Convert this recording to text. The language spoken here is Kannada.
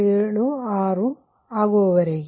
76 ಆಗಿರುವವರಿಗೆ